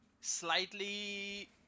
slightly